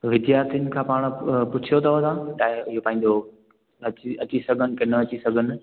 विद्यार्थीनि खां पाण अ पुछियो अथव तव्हां टाइ इयो पंहिंजो अची अची सघनि की न अची सघनि